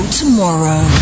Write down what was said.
tomorrow